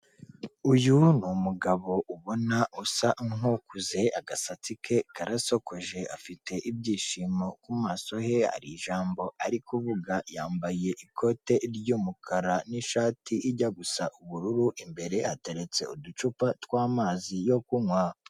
Uyu ni umugabo ubona usa nk'ukuze, agasatsi ke karasokoje, afite ibyishimo ku maso he, hari ijambo ari kuvuga, yambaye ikote ry'umukara n'ishati ijya gusa ubururu, imbere hateretse uducupa tw'amazi yo kunywa.